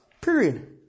Period